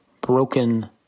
broken